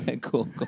cool